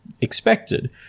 expected